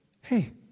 hey